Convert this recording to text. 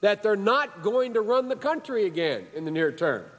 that they're not going to run the country again in the near term